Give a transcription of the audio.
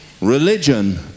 Religion